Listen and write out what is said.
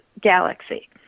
Galaxy